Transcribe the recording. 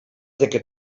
que